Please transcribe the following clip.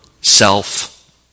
self